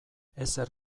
ezer